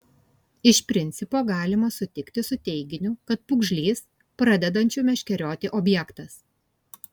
iš principo galima sutikti su teiginiu kad pūgžlys pradedančių meškerioti objektas